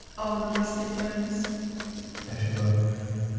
all the nasty foreigners? they should go home.